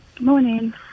Morning